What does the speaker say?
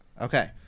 Okay